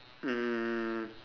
um